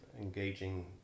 engaging